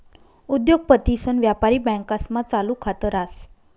उद्योगपतीसन व्यापारी बँकास्मा चालू खात रास